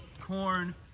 corn